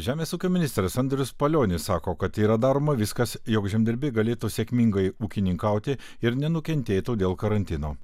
žemės ūkio ministras andrius palionis sako kad yra daroma viskas jog žemdirbiai galėtų sėkmingai ūkininkauti ir nenukentėtų dėl karantino